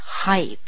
hype